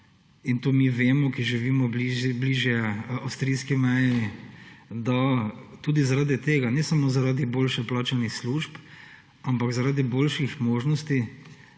in to mi vemo, ki živimo bližje avstrijske meje, da tudi zaradi tega, ne samo zaradi boljše plačanih služb, ampak zaradi boljših možnosti